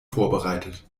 vorbereitet